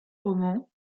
romans